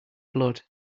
blood